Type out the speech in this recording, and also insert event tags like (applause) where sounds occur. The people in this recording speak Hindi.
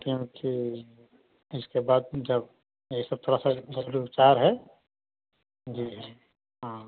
क्योंकि इसके बाद जब यही सब थोड़ा सा (unintelligible) उपचार है जी जी हाँ